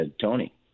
Tony